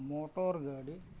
motor ᱜᱟᱹᱰᱤ